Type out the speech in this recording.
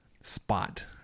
spot